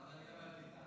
העלייה והקליטה.